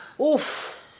Oof